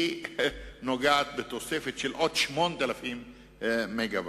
נוגעת בתוספת של עוד 8,000 מגוואט.